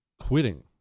quitting